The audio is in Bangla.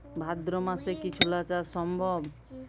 ভাদ্র মাসে কি ছোলা চাষ সম্ভব?